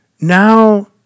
Now